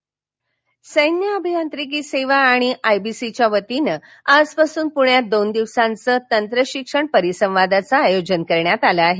MES IBC सैन्य अभियांत्रिकी सेवा आणि आयबीसीच्या वतीनं आजपासून पुण्यात दोन दिवशीय तंत्रशिक्षण परिसंवादाचं आयोजन करण्यात आलं आहे